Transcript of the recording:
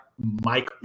Mike